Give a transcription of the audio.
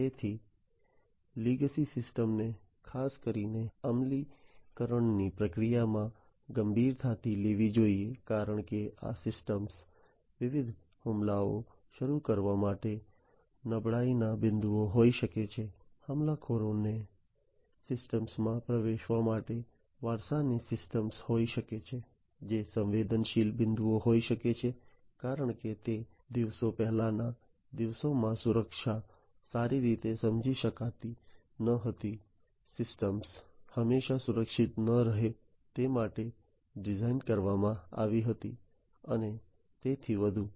તેથી લેગસી સિસ્ટમ્સને ખાસ કરીને અમલીકરણની પ્રક્રિયામાં ગંભીરતાથી લેવી જોઈએ કારણ કે આ સિસ્ટમો વિવિધ હુમલાઓ શરૂ કરવા માટે નબળાઈના બિંદુઓ હોઈ શકે છે હુમલાખોરોને સિસ્ટમમાં પ્રવેશવા માટે વારસાની સિસ્ટમો હોઈ શકે છે જે સંવેદનશીલ બિંદુઓ હોઈ શકે છે કારણ કે તે દિવસો પહેલાના દિવસોમાં સુરક્ષા સારી રીતે સમજી શકાતી ન હતી સિસ્ટમો હંમેશા સુરક્ષિત ન રહે તે માટે ડિઝાઇન કરવામાં આવી હતી અને તેથી વધુ